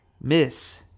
Miss